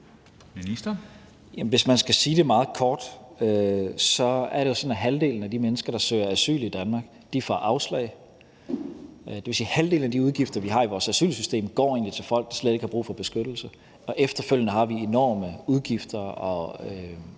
hvis man skal sige det meget kort, er det jo sådan, at halvdelen af de mennesker, der søger asyl i Danmark, får afslag. Det vil sige, at halvdelen af de udgifter, vi har i vores asylsystem, egentlig går til folk, der slet ikke har brug for beskyttelse. Og efterfølgende har vi enorme udgifter og